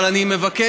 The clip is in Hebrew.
אבל אני מבקש